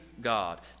God